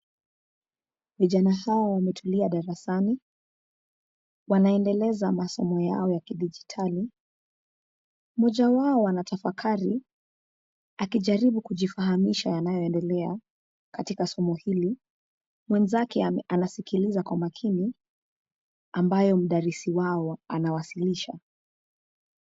VIJANA HAWA WAMETULIA DARASANI. WANAENDELEZA MASOMO YAO YA KIJIDITALI. MOJA WAO ANATAFAKALI AKIJARIBU KIJIFAHAMISHA YANAYOENDELEA KATIKA SOMO HILI. MWENZAKE ANASIKILIZA KWA MAKINI AMBAYO MWANDALIZI WAO ANAWASILISHA.